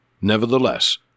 Nevertheless